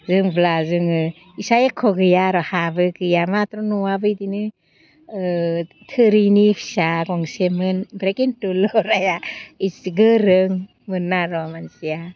होमब्ला जोङो इसा एख' गैया आरो हाबो गैया मात्र' न'आबो इदिनो थोरिनि फिसा गंसेमोन ओमफ्राय खिन्थु लराया इसे गोरोंमोन आर' मानसिया